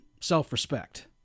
self-respect